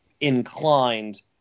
inclined